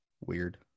Weird